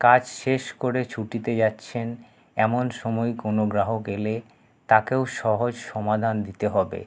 কাজ শেষ করে ছুটিতে যাচ্ছেন এমন সময় কোনো গ্রাহক এলে তাকেও সহজ সমাধান দিতে হবে